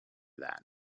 that